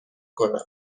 کنم